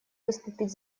выступить